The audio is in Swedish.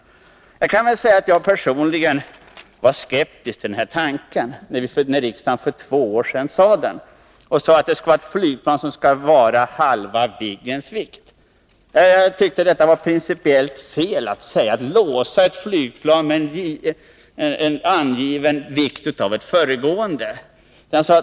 Jag kan säga att jag personligen var skeptisk till den här tanken när riksdagen för två år sedan kom fram med den och sade att flygplanet skall vara av halva Viggens vikt. Jag tyckte att det var principiellt fel att låsa flygplanet vid en angiven vikt knuten till ett föregående plan.